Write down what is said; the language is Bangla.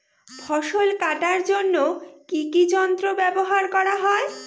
ফসল কাটার জন্য কি কি যন্ত্র ব্যাবহার করা হয়?